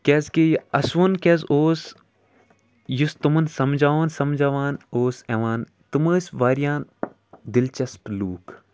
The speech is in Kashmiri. کیٛازِ کہِ اَسہٕ وُن کیٛازِ اوس یُس تِمَن سَمجاوان سَمجاوان اوس یِوان تِمہٕ ٲسۍ واریاہَن دِلچسٕپ لوٗکھ